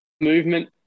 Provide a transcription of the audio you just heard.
movement